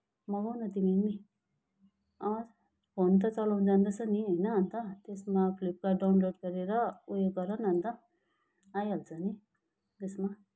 मगाऊ न तिमी पनि फोन त चलाउन जान्दछौ नि होइन अन्त त्यसमा फ्लिपकार्ट डाउनलोड गरेर उयो गर न अन्त आइहाल्छ नि त्यसमा